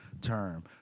term